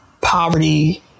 poverty